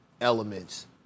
elements